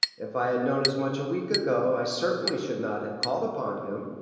if i had known as much a week ago, i certainly should not have called upon him.